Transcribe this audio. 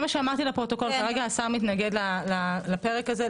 כרגע השר מתנגד לפרק הזה,